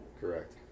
Correct